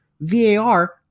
VAR